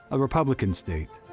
a republican state,